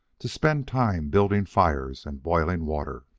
to spend time building fires and boiling water.